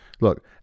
look